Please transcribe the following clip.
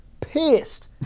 pissed